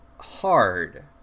hard